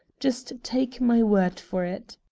just take my word for it.